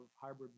hybrid